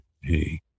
Hey